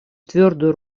твердую